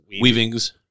Weavings